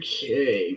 Okay